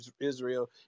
Israel